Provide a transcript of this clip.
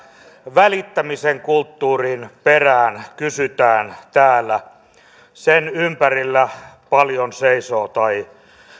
välittämisen kulttuurin perään kysytään täällä sen ympärillä paljon seisoo tai